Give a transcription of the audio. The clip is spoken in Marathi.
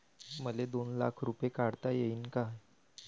मले दोन लाख रूपे काढता येईन काय?